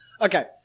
Okay